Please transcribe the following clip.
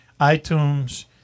iTunes